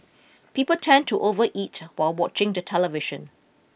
people tend to overeat while watching the television